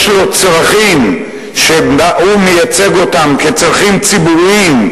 יש לו צרכים שהוא מייצג אותם כצרכים ציבוריים,